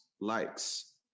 likes